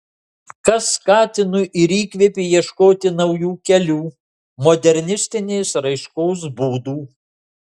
kas skatino ir įkvėpė ieškoti naujų kelių modernistinės raiškos būdų